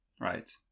Right